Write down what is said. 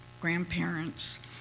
grandparents